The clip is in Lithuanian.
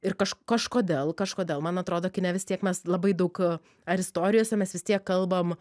ir kaž kažkodėl kažkodėl man atrodo kine vis tiek mes labai daug ar istorijose mes vis tiek kalbam